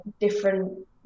different